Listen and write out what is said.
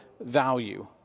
value